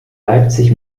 leipzig